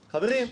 חברים,